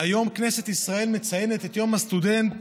היום כנסת ישראל מציינת את יום הסטודנט,